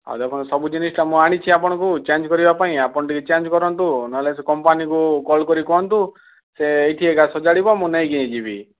ଆଉ ଦେଖନ୍ତୁ ସବୁ ଜିନିଷଟା ଆଣିଛି ଆପଣଙ୍କୁ ଚେଞ୍ଜ କରିବା ପାଇଁ ଆପଣ ଟିକେ ଚେଞ୍ଜ କରନ୍ତୁ ନ ହେଲେ କମ୍ପାନୀକୁ କଲ୍ କରି କୁହନ୍ତୁ ସେ ଏଇଠି ଏକା ସଜାଡ଼ିବ ମୁଁ ନେଇକି ଯିବି